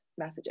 messaging